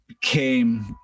Came